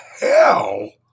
hell